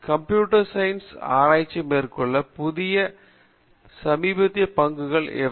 எனவே computer science ஆராய்ச்சி மேற்கொள்ள புதிய சமீபத்திய பகுதிகள் என்ன